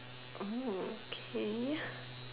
Oh okay